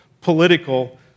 political